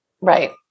Right